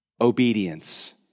obedience